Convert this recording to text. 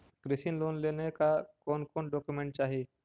कृषि लोन लेने ला कोन कोन डोकोमेंट चाही?